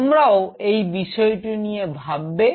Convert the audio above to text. তোমরাও এই বিষয়টি নিয়ে ভাববে